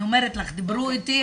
אני אומרת לך, דיברו איתי.